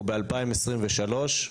אנחנו ב-2023,